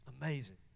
amazing